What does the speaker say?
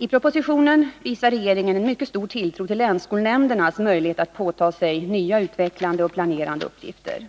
I propositionen visar regeringen en mycket stor tilltro till länsskolnämndernas möjlighet att ta på sig nya utvecklande och planerande uppgifter.